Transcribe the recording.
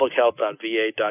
publichealth.va.gov